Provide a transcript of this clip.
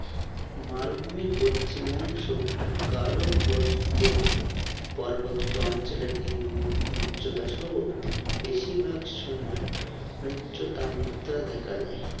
মালভূমির পশ্চিম অংশ গারো পার্বত্য অঞ্চলের নির্ম উচ্চতাসহ বেশিভাগ সময় উচ্চ তাপমাত্রা দেখা যায়